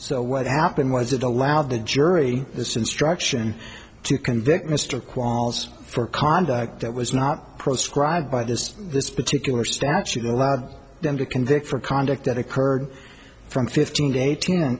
so what happened was it allowed the jury this instruction to convict mr qualls for conduct that was not proscribed by this this particular statute allowed them to convict for conduct that occurred from fifteen to eighteen